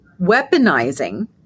weaponizing